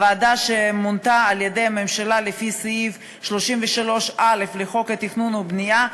הוועדה שמונתה על-ידי הממשלה לפי סעיף 33א לחוק התכנון והבנייה,